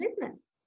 business